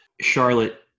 Charlotte